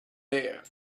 there